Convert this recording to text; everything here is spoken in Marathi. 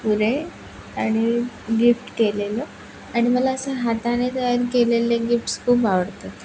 पुढे आणि गिफ्ट केलेलं आणि मला असं हाताने तयार केलेले गिफ्ट्स खूप आवडतात